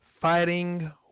Fighting